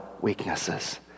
weaknesses